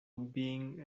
being